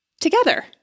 Together